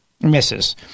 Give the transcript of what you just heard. misses